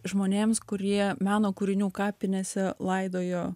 žmonėms kurie meno kūrinių kapinėse laidojo